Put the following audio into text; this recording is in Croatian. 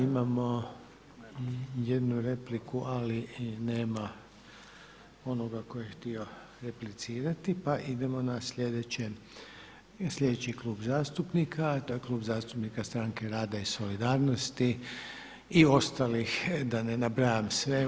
Imamo jednu repliku ali nema onoga tko je htio replicirati, pa idemo na sljedeći klub zastupnika, a to je Klub zastupnika Stranke rada i solidarnosti i ostalih da ne nabrajam sve.